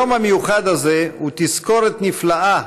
היום המיוחד הזה הוא תזכורת נפלאה